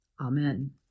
Amen